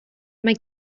mae